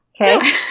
Okay